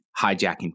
hijacking